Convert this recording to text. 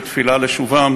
בתפילה לשובם